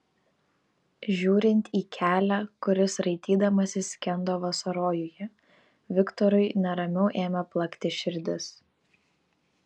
žiūrint į kelią kuris raitydamasis skendo vasarojuje viktorui neramiau ėmė plakti širdis